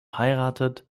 heiratet